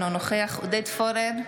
אינו נוכח עודד פורר,